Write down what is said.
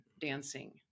dancing